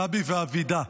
גבי ואבידע.